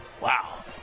Wow